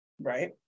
right